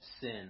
sin